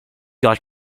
got